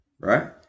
Right